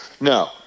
No